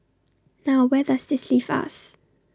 now where does this leave us